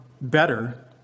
better